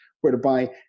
Whereby